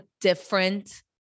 different